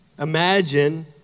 Imagine